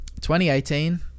2018